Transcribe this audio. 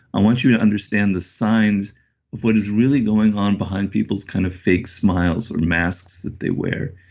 i want you to understand the signs of what is really going on behind people's kind of fake smiles or masks that they wear.